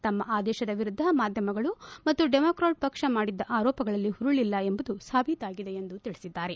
ತಮ್ಮ ಆದೇಶದ ವಿರುದ್ದ ಮಾಧ್ಯಮಗಳು ಮತ್ತು ಡೆಮೊಕ್ರಾಟ್ ಪಕ್ಷ ಮಾಡಿದ್ದ ಆರೋಪಗಳಲ್ಲಿ ಹುರುಳಲ್ಲ ಎಂಬುದು ಸಾಬೀತಾಗಿದೆ ಎಂದು ತಿಳಿಸಿದ್ದಾರೆ